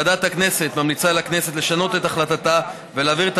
ועדת הכנסת ממליצה לכנסת לשנות את החלטתה ולהעביר את